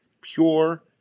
pure